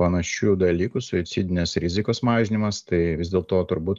panašių dalykų suicidinės rizikos mažinimas tai vis dėlto turbūt